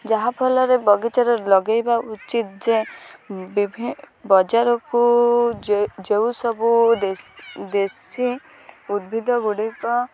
ଯାହାଫଳରେ ବଗିଚାରେ ଲଗାଇବା ଉଚିତ୍ ଯେ ବିଭି ବଜାରକୁ ଯେଉଁ ସବୁ ଦେଶ ଦେଶୀ ଉଦ୍ଭିଦଗୁଡ଼ିକ